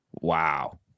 Wow